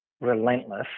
relentless